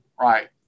Right